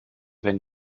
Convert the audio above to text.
wenn